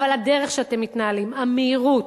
אבל הדרך שבה אתם מתנהלים, המהירות,